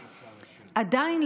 עדיין,